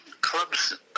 clubs